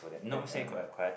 like yea